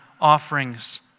offerings